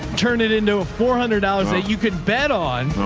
turn it into a four hundred dollars that you can bet on.